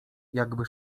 jakby